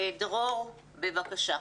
דרור בבקשה.